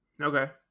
okay